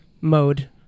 mode